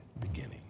beginning